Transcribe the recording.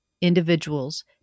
individuals